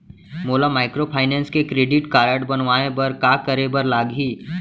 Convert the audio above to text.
मोला माइक्रोफाइनेंस के credit card बनवाए बर का करे बर लागही?